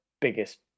biggest